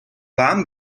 warmen